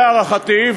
להערכתי,